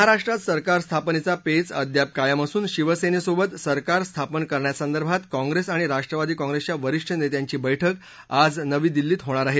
महाराष्ट्रात सरकार स्थापनेचा पेच अद्याप कायम असून शिवसेनेसोबत सरकार स्थापन करण्यासंदर्भात काँप्रेस आणि राष्ट्रवादी काँप्रेसच्या वरिष्ठ नेत्यांची बैठक आज नवी दिल्ली कें होणार आहे